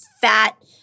fat